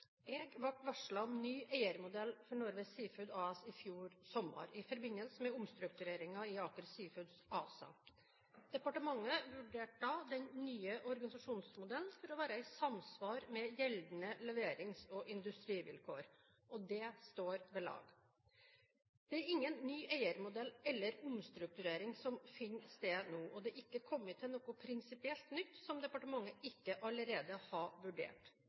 Jeg ble varslet om ny eiermodell for Norway Seafoods AS i fjor sommer, i forbindelse med omstruktureringer i Aker Seafoods ASA. Departementet vurderte da den nye organisasjonsmodellen for å være i samsvar med gjeldende leverings- og industrivilkår, og det står ved lag. Det er ingen ny eiermodell eller omstrukturering som finner sted nå, og det er ikke kommet til noe prinsipielt nytt som departementet ikke allerede har vurdert.